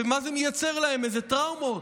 ומה זה מייצר להם, איזה טראומות.